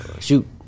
shoot